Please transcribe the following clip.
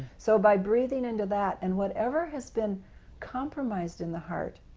so by breathing into that, and whatever has been compromised in the heart